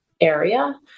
area